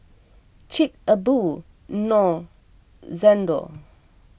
Chic A Boo Knorr Xndo